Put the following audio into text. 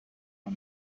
ran